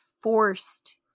forced